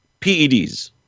PEDs